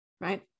right